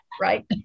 right